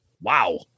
Wow